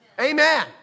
Amen